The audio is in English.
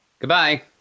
Goodbye